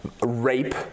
rape